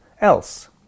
else